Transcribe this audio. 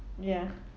ya